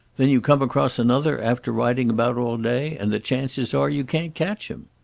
then you come across another, after riding about all day, and the chances are you can't catch him!